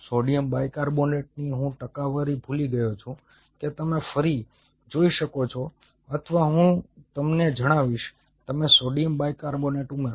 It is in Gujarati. સોડિયમ બાયકાર્બોનેટની હું ટકાવારી ભૂલી ગયો છું કે તમે ફરી જોઈ શકો છો અથવા હું તમને જણાવીશ તમે સોડિયમ બાયકાર્બોનેટ ઉમેરો